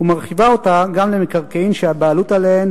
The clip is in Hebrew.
ומרחיבה אותה גם למקרקעין שהבעלות עליהם